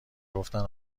گفتن